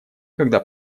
когда